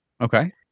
Okay